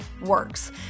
works